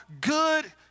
good